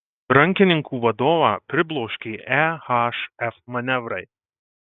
rankininkų vadovą pribloškė ehf manevrai